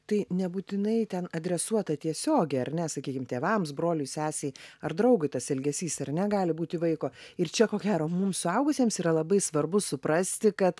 tai nebūtinai ten adresuota tiesiogiai ar ne sakykim tėvams broliui sesei ar draugui tas elgesys ar ne gali būti vaiko ir čia ko gero mums suaugusiems yra labai svarbu suprasti kad